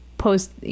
post